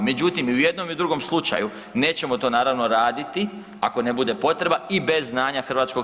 Međutim, i u jednom i u drogom slučaju nećemo to naravno raditi ako ne bude potreba i bez znanja HS.